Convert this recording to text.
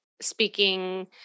speaking